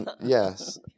yes